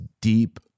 deep